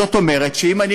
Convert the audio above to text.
זאת אומרת שאם,